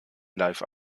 live